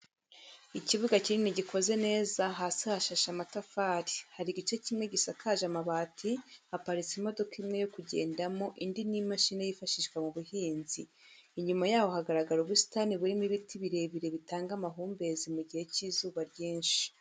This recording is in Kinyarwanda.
Ikibuga kinini gikoze neza hasi hashashe amatafari, hari igice kimwe gisakaje amabati haparitse imodoka imwe yokugendamo indi ni imashini yifashishwa mu buhinzi, inyuma yaho hagaragara ubusitani burimo ibiti birebire bitanga amahumbezi mu gihe cy'izuba ryinshi.